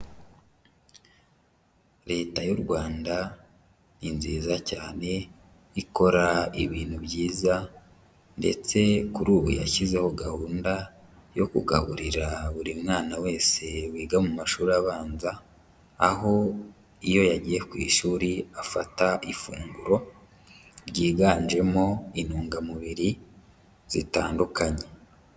Leta y'u Rwanda ni nziza cyane ikora ibintu byiza ndetse kuri ubu yashyizeho gahunda yo kugaburira buri mwana wese wiga mu mashuri abanza, aho iyo yagiye ku ishuri afata ifunguro ryiganjemo intungamubiri zitandukanye.